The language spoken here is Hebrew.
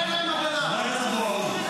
שלא נתת להם תשובה עכשיו,